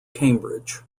cambridge